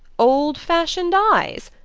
old-fashioned eyes?